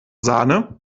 sahne